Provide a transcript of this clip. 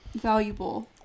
valuable